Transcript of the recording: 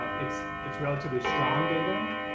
it's it's relatively strong data.